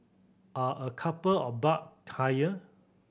are a couple of buck higher